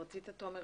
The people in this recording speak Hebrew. רצית, תומר, להעיר.